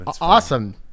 Awesome